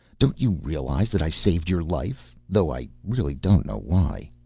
don't you realize that i saved your life though i really don't know why.